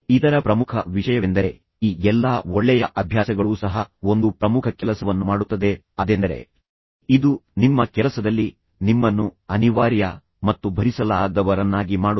ಇತರ ಪ್ರಮುಖ ವಿಷಯವೆಂದರೆ ಈ ಎಲ್ಲಾ ಒಳ್ಳೆಯ ಅಭ್ಯಾಸಗಳು ಸಹ ಒಂದು ಪ್ರಮುಖ ಕೆಲಸವನ್ನು ಮಾಡುತ್ತದೆ ಅದೆಂದರೆ ಇದು ನಿಮ್ಮ ಕೆಲಸದಲ್ಲಿ ನಿಮ್ಮನ್ನು ಅನಿವಾರ್ಯ ಮತ್ತು ಭರಿಸಲಾಗದವರನ್ನಾಗಿ ಮಾಡುತ್ತದೆ